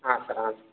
ಹಾಂ ಸರ್ ಹಾಂ